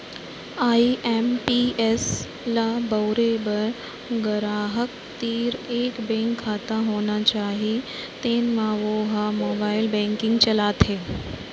IMPS ल बउरे बर गराहक तीर एक बेंक खाता होना चाही जेन म वो ह मोबाइल बेंकिंग चलाथे